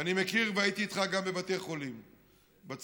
ואני מכיר, והייתי איתך גם בבתי חולים בצפון,